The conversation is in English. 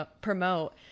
promote